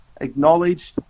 acknowledged